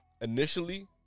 initially